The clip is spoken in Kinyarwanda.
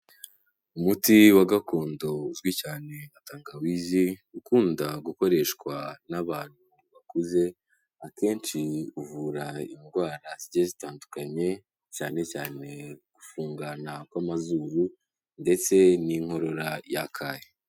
Umuti wa gakondo uzwi cyane nka tangawizi ukunda gukoreshwa n'abantu bakuze, akenshi uvura indwara zigiye zitandukanye cyane cyane gufungana kw'amazuru ndetse n'inkorora yakaye.